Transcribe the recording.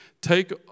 take